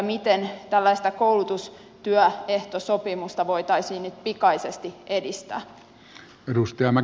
miten tällaista koulutustyöehtosopimusta voitaisiin nyt pikaisesti edistää